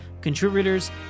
contributors